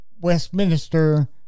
Westminster